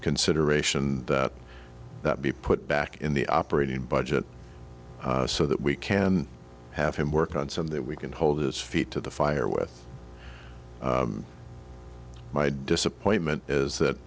consideration that that be put back in the operating budget so that we can have him work on some that we can hold his feet to the fire with my disappointment is that